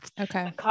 Okay